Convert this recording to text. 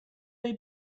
they